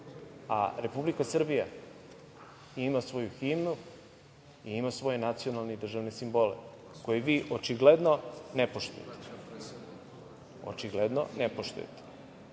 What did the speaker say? Republika Srbija ima svoju himnu i ima svoje nacionalne i državne simbole koje vi očigledno ne poštujete. Očigledno ne poštujete.(Selma